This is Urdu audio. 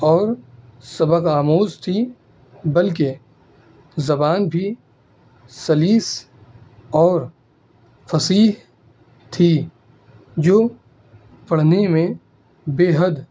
اور سبق آموز تھی بلکہ زبان بھی سلیس اور فصیح تھی جو پڑھنے میں بےحد